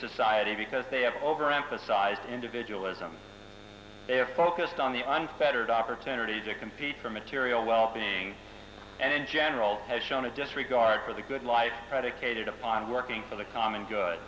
society because they have overemphasized individual as i'm their focused on the unfettered opportunity to compete for material well being and in general has shown a disregard for the good life predicated upon working for the common good